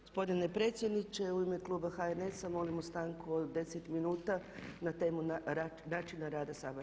Gospodine predsjedniče u ime kluba HNS-a molimo stanku od 10 minuta na temu načina rada Sabora.